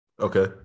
Okay